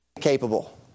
capable